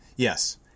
yes